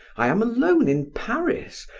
i am alone in paris,